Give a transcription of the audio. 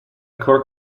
core